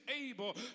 able